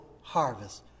harvest